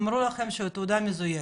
אמרו לכם שהתעודה מזויפת,